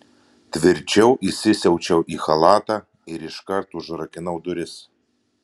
tvirčiau įsisiaučiau į chalatą ir iškart užrakinau duris